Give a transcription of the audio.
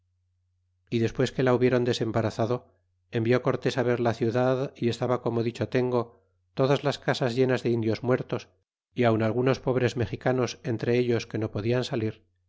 y despues que la hubieron desembarazado envió cortés á ver la ciudad y estaban como dicho tengo todas las casas llenas de indios muertos y aun algunos pobres mexicanos entre ellos que no podian salir